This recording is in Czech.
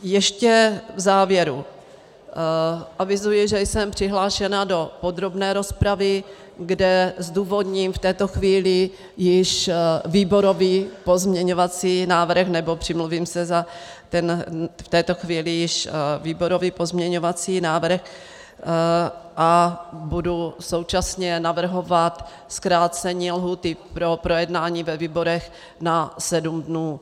Ještě v závěru avizuji, že jsem přihlášena do podrobné rozpravy, kde zdůvodním v této chvíli již výborový pozměňovací návrh, nebo se přimluvím za ten v této chvíli již výborový pozměňovací návrh, a budu současně navrhovat zkrácení lhůty pro projednání ve výborech na sedm dnů.